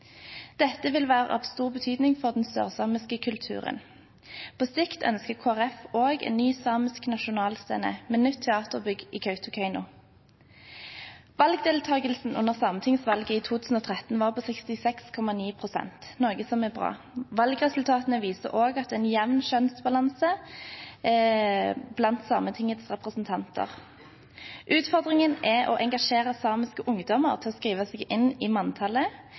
Dette vil være av stor betydning for den sørsamiske kulturen. På sikt ønsker Kristelig Folkeparti også en ny samisk nasjonalscene, med nytt teaterbygg, i Kautokeino. Valgdeltagelsen under sametingsvalget i 2013 var på 66,9 pst., noe som er bra. Valgresultatene viser også at det er en jevn kjønnsbalanse blant Sametingets representanter. Utfordringen er å engasjere samiske ungdommer til å skrive seg inn i manntallet,